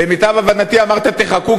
למיטב הבנתי, אמרת: תחכו.